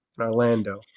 Orlando